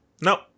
Nope